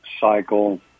cycle